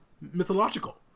mythological